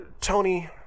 Tony